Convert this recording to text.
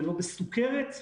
ולא בסוכרת,